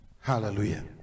hallelujah